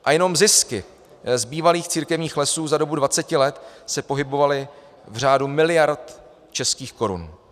A jenom zisky z bývalých církevních lesů za dobu 20 let se pohybovaly v řádu miliard českých korun.